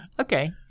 Okay